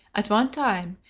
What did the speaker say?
at one time,